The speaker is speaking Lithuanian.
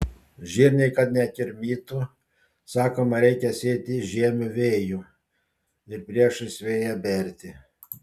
žirniai kad nekirmytų sakoma reikia sėti žiemiu vėju ir priešais vėją berti